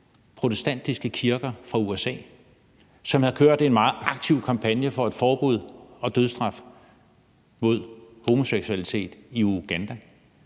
protestantiske kirker fra USA, som havde kørt en meget aktiv kampagne for et forbud mod og dødsstraf for homoseksualitet i Uganda.